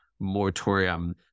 Moratorium